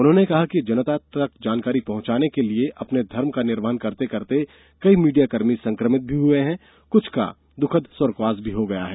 उन्होंने कहा कि जनता तक जानकारियाँ पहुँचाने के अपने धर्म का निर्वहन करते करते कई मीडियाकर्मी संक्रमित भी हए हैं कृछ का दुःखद स्वर्गवास भी हो गया है